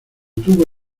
tuvo